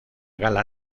gala